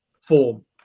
form